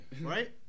right